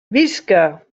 visca